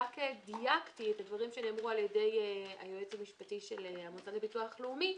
רק דייקתי את הדברים שנאמרו על ידי היועץ המשפטי של המוסד לביטוח לאומי,